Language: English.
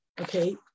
okay